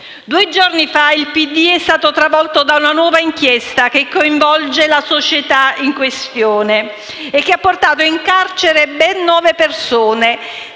Due giorni fa il PD è stato travolto da una nuova inchiesta che coinvolge la società in questione, e che ha portato in carcere ben nove persone,